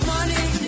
Money